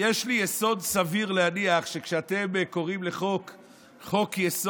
יש לי יסוד סביר להניח שכשאתם קוראים לחוק "חוק-יסוד",